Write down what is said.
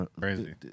Crazy